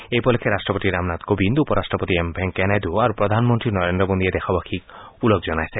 এই উপলক্ষে ৰাষ্ট্ৰপতি ৰামনাথ কোবিন্দ উপ ৰাষ্ট্ৰপতি এম ভেংকায়া নাইডু আৰু প্ৰধানমন্ত্ৰী নৰেন্দ্ৰ মোদীয়ে দেশবাসীক ওলগ জনাইছে